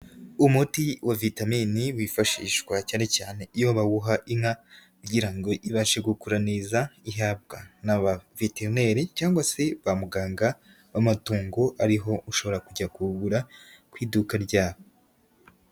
Umuti wa vitamini wifashishwa cyane cyane iyo bawuha inka kugira ngo ibashe gukura neza, ihabwa n'abaveterineri cyangwa se ba muganga w'amatungo ari ho ushobora kujya kuwugura ku iduka ryabo.